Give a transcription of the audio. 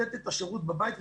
לתת את השרות בבית,